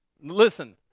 Listen